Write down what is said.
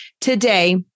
today